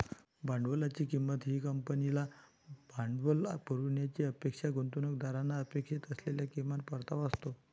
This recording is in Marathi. भांडवलाची किंमत ही कंपनीला भांडवल पुरवण्याची अपेक्षा गुंतवणूकदारांना अपेक्षित असलेला किमान परतावा असतो